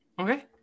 okay